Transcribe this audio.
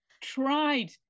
tried